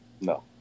No